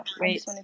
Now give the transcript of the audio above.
Wait